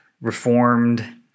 reformed